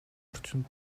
орчинд